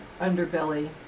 underbelly